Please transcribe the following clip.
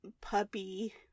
puppy